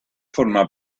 forma